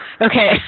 Okay